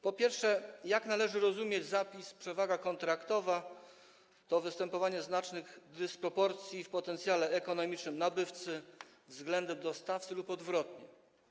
Po pierwsze, jak należy rozumieć zapis: przewaga kontraktowa to występowanie znacznej dysproporcji w potencjale ekonomicznym nabywcy względem dostawcy lub odwrotnie?